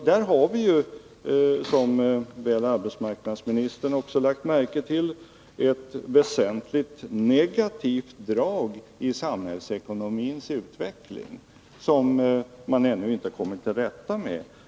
Där har vi ju — och det har väl också arbetsmarknadsministern lagt märke till— ett väsentligt negativt drag i samhällsekonomins utveckling, vilket man ändå inte kommit till rätta med.